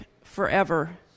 forever